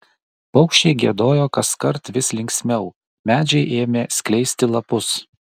paukščiai giedojo kaskart vis linksmiau medžiai ėmė skleisti lapus